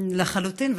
לחלוטין.